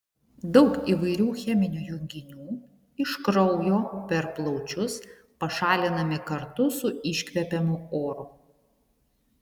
daug įvairių cheminių junginių iš kraujo per plaučius pašalinami kartu su iškvepiamu oru